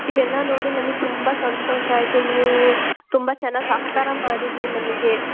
ಇದೆಲ್ಲ ನೋಡಿ ನಮಗೆ ತುಂಬ ಸಂತೋಷ ಆಯಿತು ನೀವು ತುಂಬ ಚೆನ್ನಾಗಿ ಸಹಕಾರ ಮಾಡಿದ್ರಿ ನಮಗೆ